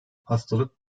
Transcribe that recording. hastalık